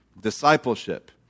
discipleship